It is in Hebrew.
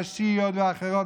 השיעיות ואחרות,